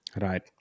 Right